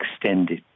extended